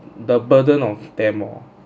the burden of them hor